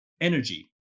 energy